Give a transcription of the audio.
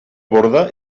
borda